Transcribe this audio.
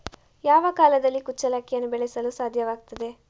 ಯಾವ ಕಾಲದಲ್ಲಿ ಕುಚ್ಚಲಕ್ಕಿಯನ್ನು ಬೆಳೆಸಲು ಸಾಧ್ಯವಾಗ್ತದೆ?